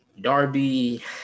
Darby